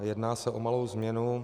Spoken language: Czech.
Jedná se o malou změnu.